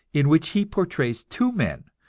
in which he portrays two men,